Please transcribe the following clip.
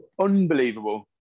unbelievable